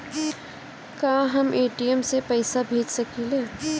का हम ए.टी.एम से पइसा भेज सकी ले?